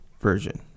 version